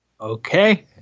Okay